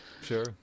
Sure